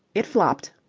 it flopped!